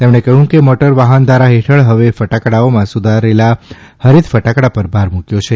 તેમણે કહ્યું કે મોટર વાહનધારા હેઠળ હવે ફટાકડાઓમાં સુધારેલા હરીત ફટાકડા પર ભાર મૂક્યો છે